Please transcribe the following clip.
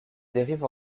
dérive